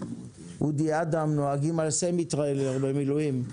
מצנע ואודי אדם נוהגים על סמיטריילר במילואים,